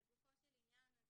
לגופו של עניין.